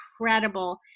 incredible